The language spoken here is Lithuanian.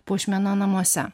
puošmena namuose